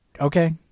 Okay